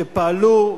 שפעלו,